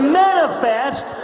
manifest